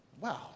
Wow